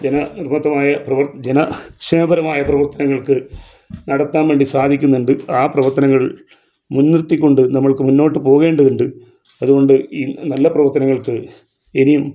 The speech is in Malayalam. ജന ത്രിവർത്തമായ ജന ക്ഷേമപരമായ പ്രവർത്തികൾക്ക് നടത്താൻ വേണ്ടി സാധിക്കുന്നുണ്ട് ആ പ്രവർത്തനങ്ങൾ മുൻ നിർത്തിക്കൊണ്ട് നമുക്ക് മുന്നോട്ട് പോകേണ്ടതുണ്ട് അതുകൊണ്ട് ഈ നല്ല പ്രവർത്തനങ്ങൾക്ക് ഇനിയും